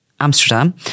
Amsterdam